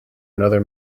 another